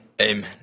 amen